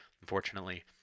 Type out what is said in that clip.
Unfortunately